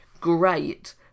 great